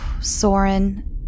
Soren